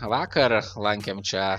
vakar lankėm čia